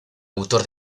autor